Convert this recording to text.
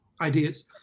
ideas